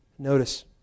Notice